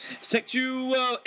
sexual